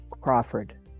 Crawford